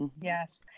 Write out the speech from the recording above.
Yes